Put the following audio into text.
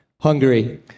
Hungary